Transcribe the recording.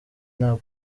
ntabwo